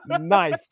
nice